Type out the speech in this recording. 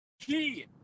key